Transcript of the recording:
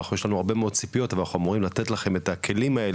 אנחנו יש לנו הרבה מאוד ציפיות ואנחנו אמורים לתת לכם את הכלים האלה.